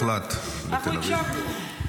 ניצחון מוחלט בתל אביב.